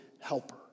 helper